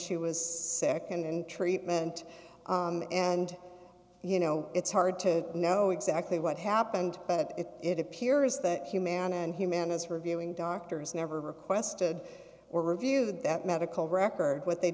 she was nd in treatment and you know it's hard to know exactly what happened but it appears that humana and humanise reviewing doctors never requested or reviewed that medical records what they